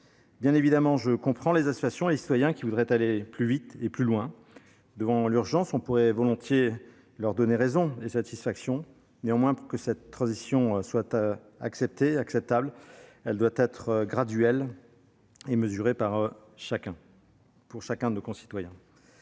Bien évidemment, je comprends les associations et les citoyens qui voudraient aller plus vite et plus loin. Devant l'urgence, on pourrait volontiers leur donner raison et satisfaction ; néanmoins, pour que la transition verte soit acceptable et acceptée par chacun de nos concitoyens,